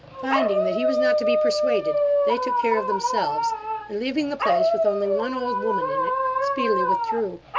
finding that he was not to be persuaded, they took care of themselves and leaving the place with only one old woman in it, speedily withdrew.